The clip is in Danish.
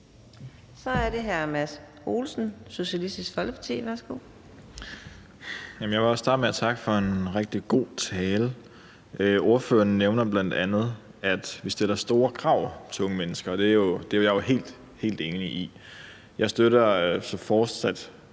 Så er det hr. Mads Olsen, Socialistisk Folkeparti. Værsgo. Kl. 15:18 Mads Olsen (SF): Jeg vil også starte med at takke for en rigtig god tale. Ordføreren nævner bl.a., at vi stiller store krav til unge mennesker, og det er jeg jo helt, helt enig i. Jeg støtter fortsat